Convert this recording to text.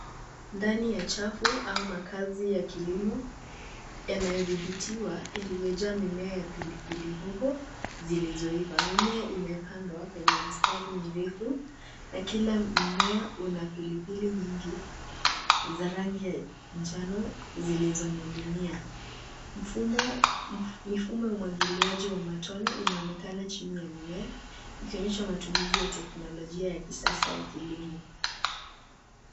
Ndani ya chafu au makazi ya kilimo yanayodhibitwa yaliyojaa mimea ya pilipili hoho zilizoiva. Mimea imepandwa kwenye mistari mirefu na kila mmea una pilipili nyingi za rangi ya njano zilizoning'inia. Mifumo ya umwagiliaji wa matone inaonekana chini ya mimea ikionyesha matumizi ya teknolojia ya kisasa ya kilimo.